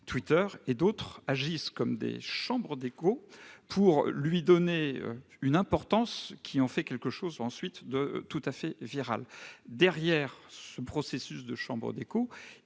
Twitter et d'autres agissent comme des chambres d'écho pour lui donner une importance qui en fait, ensuite, quelque chose de tout à fait viral. Derrière cet effet chambre d'écho,